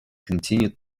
continued